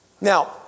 Now